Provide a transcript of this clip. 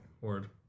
Word